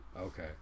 okay